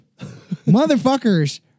motherfuckers